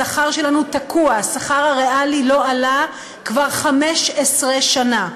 השכר שלנו תקוע, השכר הריאלי לא עלה כבר 15 שנה.